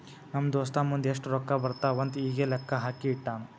ನಮ್ ದೋಸ್ತ ಮುಂದ್ ಎಷ್ಟ ರೊಕ್ಕಾ ಬರ್ತಾವ್ ಅಂತ್ ಈಗೆ ಲೆಕ್ಕಾ ಹಾಕಿ ಇಟ್ಟಾನ್